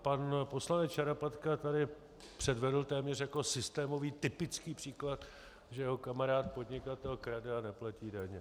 Pan poslanec Šarapatka tady předvedl téměř jako systémový typický příklad, že jeho kamarád podnikatel krade a neplatí daně.